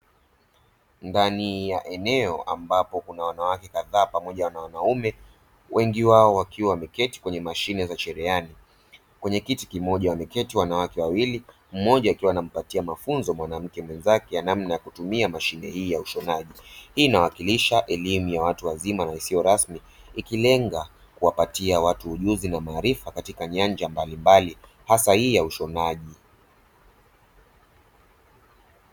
Ndani ya eneo ambapo kuna wanawake kadhaa pamoja na wanaume, wengi wao wakiwa wameketi kwenye mashine za cherehani kwenye kiti kimoja wameketi wanawake wawili mmoja akiwa anampatia mafunzo mwanamke mwenzake namna ya kutumia mashine hii ya ushonaji, hii inawakilisha elimu ya watu wazima na isiyo rasmi ikilenga kuwapatia watu ujuzi na maarifa katika nyanja mbalimbali hasa hii ya ushonaji.